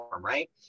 right